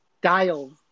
dials